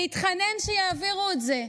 להתחנן שיעבירו את זה.